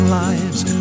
lives